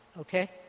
Okay